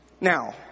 Now